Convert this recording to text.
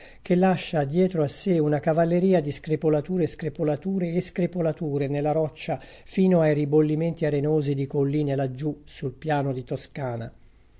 che lascia dietro a sé una cavalleria di screpolature screpolature e screpolature nella roccia fino ai ribollimenti arenosi di colline laggiù sul piano di toscana